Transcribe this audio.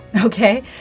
Okay